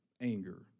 anger